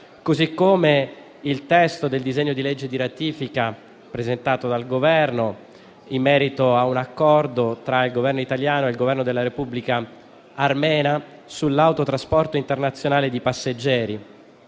altresì il testo del disegno di legge di ratifica presentato dal Governo in merito all'Accordo tra il Governo italiano e il Governo della Repubblica armena sull'autotrasporto internazionale di passeggeri,